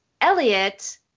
Elliot